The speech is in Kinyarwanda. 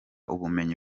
ubumenyi